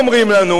אומרים לנו,